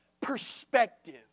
perspective